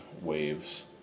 waves